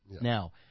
Now